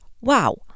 Wow